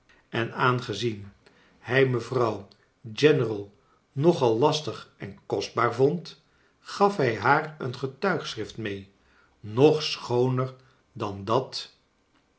en aangezien hij mevrouw general nog al lastig en kostbaar vond gaf hij haar een getuigschrift mee nog schooner dan dat